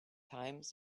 times